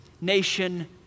nation